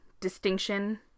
distinction